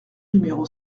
numéro